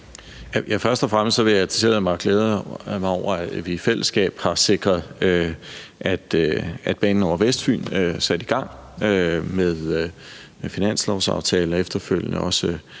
mig at glæde mig over, at vi i fællesskab har sikret, at banen over Vestfyn er sat i gang med finanslovsaftalen – og efterfølgende